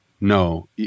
no